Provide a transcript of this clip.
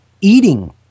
eating